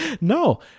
No